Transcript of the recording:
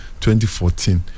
2014